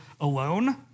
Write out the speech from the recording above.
alone